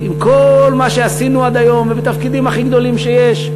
עם כל מה שעשינו עד היום ובתפקידים הכי גדולים שיש.